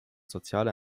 sozialer